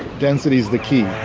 density is the key